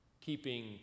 keeping